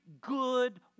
good